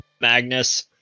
Magnus